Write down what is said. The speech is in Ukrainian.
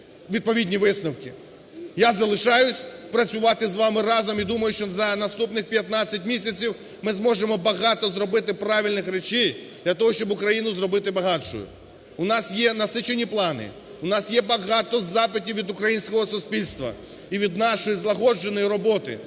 відповідні висновки. Я залишаюсь працювати з вами разом, і думаю, що за наступні 15 місяців ми зможемо багато зробити правильних речей для того, щоб Україну зробити багатшою. У нас є насичені плани, у нас є багато запитів від українського суспільства і від нашої злагодженої роботи,